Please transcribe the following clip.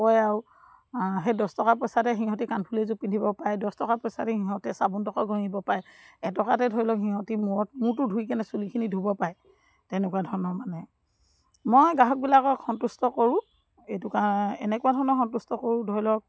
কয় আৰু সেই দহটকা পইচাতে সিহঁতি কানফুলিযোৰ পিন্ধিব পাৰে দহটকা পইচা দি সিহঁতে চাবোনডোখৰ ঘঁহিব পাৰে এটকাতে ধৰি লওক সিহঁতি মূৰত মূৰটো ধুই কেনে চুলিখিনি ধুব পাৰে তেনেকুৱা ধৰণৰ মানে মই গ্ৰাহকবিলাকক সন্তুষ্ট কৰোঁ এইটো কাৰণে এনেকুৱা ধৰণৰ সন্তুষ্ট কৰোঁ ধৰি লওক